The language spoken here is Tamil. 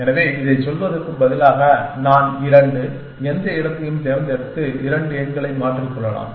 எனவே இதைச் சொல்வதற்குப் பதிலாக நான் இரண்டு எந்த இடத்தையும் தேர்ந்தெடுத்து இரண்டு எண்களை மாற்றிக் கொள்ளலாம்